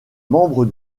membre